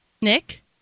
Nick